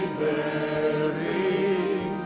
bearing